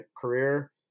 career